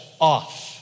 off